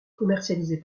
commercialisé